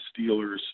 Steelers